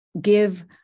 give